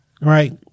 right